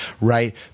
right